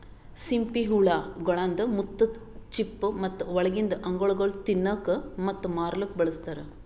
ಸಿಂಪಿ ಹುಳ ಗೊಳ್ದಾಂದ್ ಮುತ್ತು, ಚಿಪ್ಪು ಮತ್ತ ಒಳಗಿಂದ್ ಅಂಗಗೊಳ್ ತಿನ್ನಲುಕ್ ಮತ್ತ ಮಾರ್ಲೂಕ್ ಬಳಸ್ತಾರ್